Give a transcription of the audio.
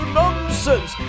nonsense